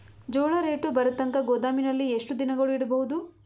ಜೋಳ ರೇಟು ಬರತಂಕ ಗೋದಾಮಿನಲ್ಲಿ ಎಷ್ಟು ದಿನಗಳು ಯಿಡಬಹುದು?